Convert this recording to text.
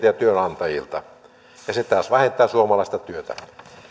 ja työnantajien eläkemaksuja ja se taas vähentää suomalaista työtä